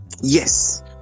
Yes